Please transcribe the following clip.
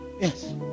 Yes